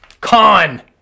Con